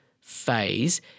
phase